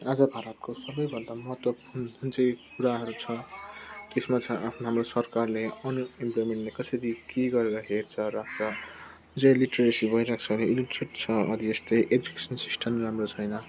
आज भारतको सबैभन्दा महत्त्वपूर्ण जुन चाहिँ कुराहरू छ त्यसमा छ आफ्नो आफ्नो सरकारले अनइम्लोएमेन्ट कसरी के गरेर हेर्छ राख्छ अझै इलिट्रेसी भइरहेको छ यस्तै एजुकेसन सिस्टम राम्रो छैन